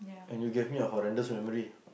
and you gave me a horrendous memory